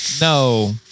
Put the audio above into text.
No